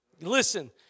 Listen